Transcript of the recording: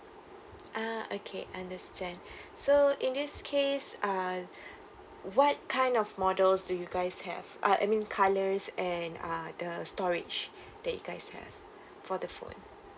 ah okay understand so in this case uh what kind of models do you guys have uh I mean colours and ah the storage that you guys have for the phone